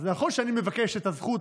אז נכון שאני מבקש את הזכות,